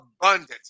abundant